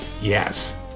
Yes